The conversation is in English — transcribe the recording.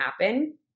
happen